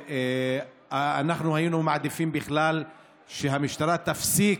אנחנו בכלל היינו מעדיפים שהמשטרה תפסיק